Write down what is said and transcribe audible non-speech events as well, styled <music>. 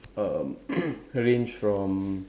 um <noise> arrange from